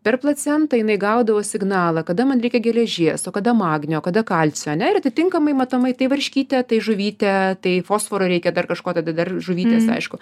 per placentą jinai gaudavo signalą kada man reikia geležies o kada magnio kada kalcio ane ir atitinkamai matomai tai varškytę tai žuvytę tai fosforo reikia dar kažko tada dar žuvytės aišku